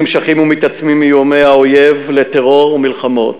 נמשכים ומתעצמים איומי האויב לטרור ומלחמות,